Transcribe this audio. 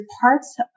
parts